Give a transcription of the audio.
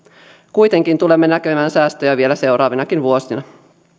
kuitenkin tulemme näkemään säästöjä vielä seuraavinakin vuosina